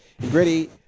Gritty